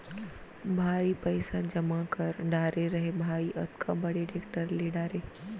भारी पइसा जमा कर डारे रहें भाई, अतका बड़े टेक्टर ले डारे